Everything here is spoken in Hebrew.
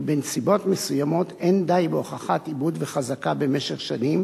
כי בנסיבות מסוימות אין די בהוכחות עיבוד וחזקה במשך שנים